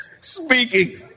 Speaking